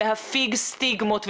להפיג סטיגמות,